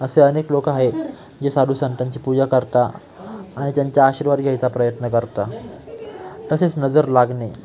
असे अनेक लोक आहेत जे साधू संतांची पूजा करता आणि त्यांच्या आशीर्वाद घ्यायचा प्रयत्न करता तसेच नजर लागणे